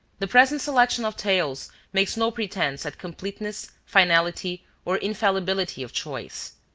the present selection of tales makes no pretense at completeness, finality or infallibility of choice.